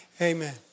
Amen